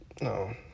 No